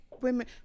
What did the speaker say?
women